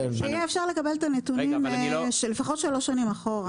שאפשר יהיה לקבל את הנתונים לפחות שלוש שנים אחורה.